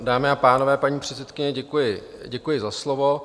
Dámy a pánové, paní předsedkyně, děkuji za slovo.